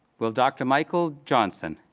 will dr. michael johnson,